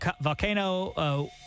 volcano